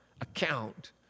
account